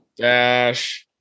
Dash